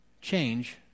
change